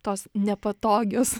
tos nepatogios